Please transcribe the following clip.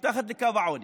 מתחת לקו העוני,